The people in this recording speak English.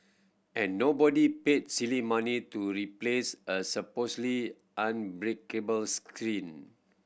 and nobody paid silly money to replace a supposedly unbreakable screen